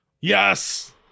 Yes